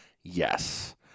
yes